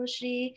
Shri